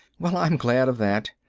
well, i'm glad of that.